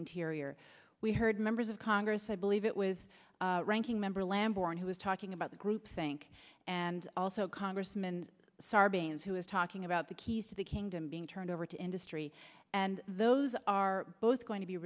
interior we heard members of congress i believe it with ranking member lambourn who was talking about the groupthink and also congressman sarbanes who is talking about the keys to the kingdom being turned over to industry and those are both going to be